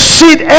sit